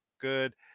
good